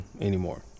Anymore